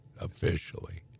officially